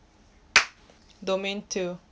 domain two